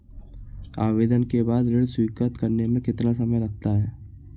आवेदन के बाद ऋण स्वीकृत करने में कितना समय लगता है?